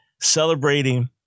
celebrating